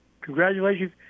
congratulations